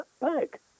back